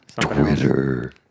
Twitter